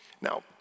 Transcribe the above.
Now